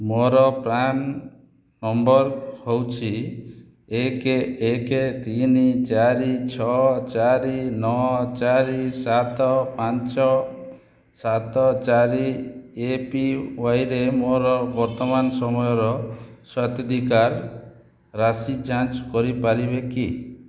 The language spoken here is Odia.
ମୋର ପ୍ରାନ୍ ନମ୍ବର ହେଉଛି ଏକ ଏକ ତିନି ଚାରି ଛଅ ଚାରି ନଅ ଚାରି ସାତ ପାଞ୍ଚ ସାତ ଚାରି ଏପିୱାଇରେ ମୋର ବର୍ତ୍ତମାନ ସମୟର ସ୍ୱତ୍ୱଧିକାର ରାଶି ଯାଞ୍ଚ କରିପାରିବେ କି